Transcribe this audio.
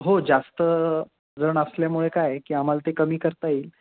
हो जास्त जण असल्यामुळे काय आहे की आम्हाला ते कमी करता येईल